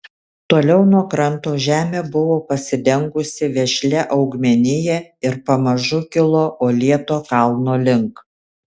toliau nuo kranto žemė buvo pasidengusi vešlia augmenija ir pamažu kilo uolėto kalno link